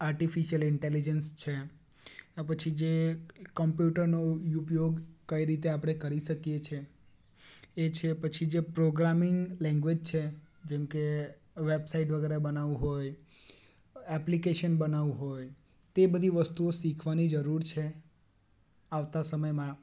artificial intelligence છે કાં પછી જે કમ્પ્યુટરનો ઉપયોગ કઈ રીતે આપણે કરી શકીએ છીએ એ છે પછી જે પ્રોગ્રામીંગ લેંગ્વેજ છે જેમકે વેબસાઈટ વગેરે બનાવવું હોય એપ્લિકેશન બનાવવું હોય તે બધી વસ્તુઓ શીખવાની જરૂર છે આવતા સમયમાં